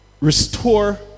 restore